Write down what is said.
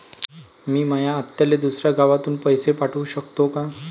मी माया आत्याले दुसऱ्या गावातून पैसे पाठू शकतो का?